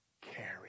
carry